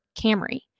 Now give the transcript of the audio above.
Camry